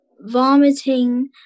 vomiting